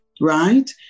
right